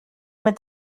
mit